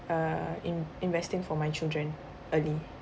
uh in~ investing for my children early